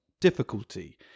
difficulty